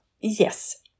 yes